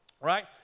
right